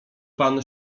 pan